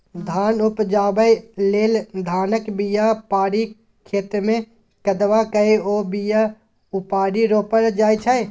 धान उपजाबै लेल धानक बीया पारि खेतमे कदबा कए ओ बीया उपारि रोपल जाइ छै